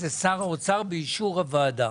זה שר האוצר באישור הוועדה.